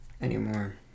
Anymore